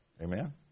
Amen